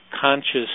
conscious